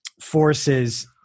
forces